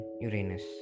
Uranus